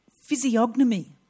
physiognomy